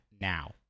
now